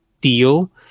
deal